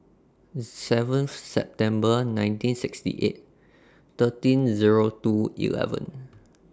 seven September nineteen sixty eight thirteen Zero two eleven